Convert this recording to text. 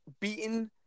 beaten